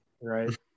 right